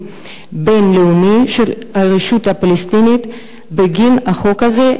בין-לאומי של הרשות הפלסטינית בגין החוק הזה?